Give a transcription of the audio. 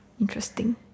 Interesting